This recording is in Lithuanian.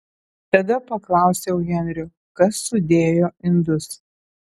tada paklausiau henrio kas sudėjo indus